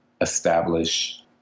establish